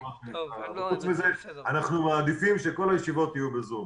פרט לכך אנחנו מעדיפים שכל הישיבות יהיו בזום.